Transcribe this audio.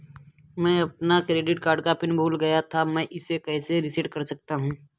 मैं अपना credit card PIN भूल गया था मैं इसे कैसे रीसेट कर सकता हूँ?